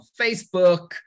Facebook